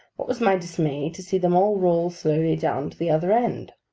what was my dismay to see them all roll slowly down to the other end!